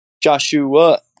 Joshua